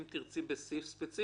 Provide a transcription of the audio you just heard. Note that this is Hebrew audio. אם תרצי לדבר על סעיף ספציפי,